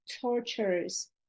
tortures